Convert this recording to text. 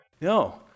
No